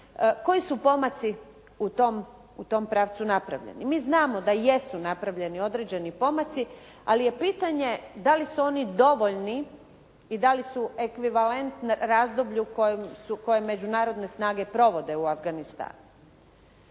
koji su pomaci u tom pravcu napravljeni? Mi znamo da jesu napravljeni određeni pomaci ali je pitanje da li su oni dovoljni i da li su ekvivalentni razdoblju kojim su, koje međunarodne snage provode u Afganistanu?